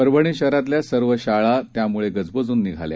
परभणीशहरातल्यासर्वशाळायामुळेगजबजूननिघाल्या